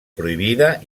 prohibida